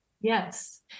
Yes